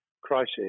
crisis